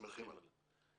שמחים עליו.